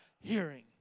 hearing